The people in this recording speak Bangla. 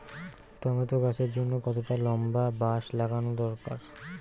টমেটো গাছের জন্যে কতটা লম্বা বাস লাগানো দরকার?